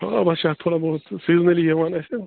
وَنۍ چھِ اَتھ تھوڑا بہت سیٖزنٔلی یِوان اَسہِ